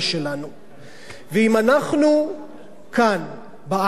ואם אנחנו כאן בארץ שלנו לא נדע